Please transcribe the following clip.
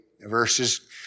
verses